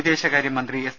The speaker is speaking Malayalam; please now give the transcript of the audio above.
വിദേ ശകാര്യ മന്ത്രി എസ്